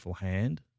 hand